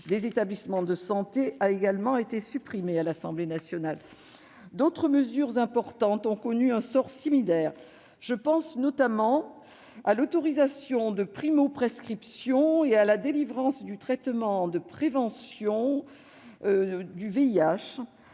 des établissements de santé a également été supprimée. D'autres mesures importantes ont connu un sort similaire. Je pense notamment à l'autorisation de primoprescription et à la délivrance du traitement de prévention du VIH